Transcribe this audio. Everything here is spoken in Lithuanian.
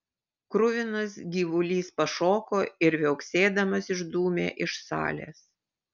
kruvinas gyvulys pašoko ir viauksėdamas išdūmė iš salės